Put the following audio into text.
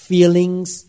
feelings